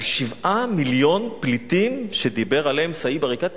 על 7 מיליון פליטים שדיבר עליהם סאיב עריקאת,